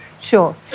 sure